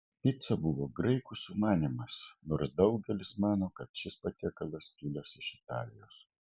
pica buvo graikų sumanymas nors daugelis mano kad šis patiekalas kilęs iš italijos